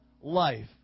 life